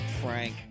Frank